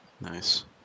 Nice